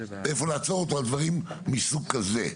איפה לעצור אותו או דברים מסוג כזה.